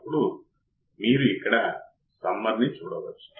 ఇప్పుడు input offset కరెంట్ను చూద్దాం